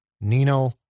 Nino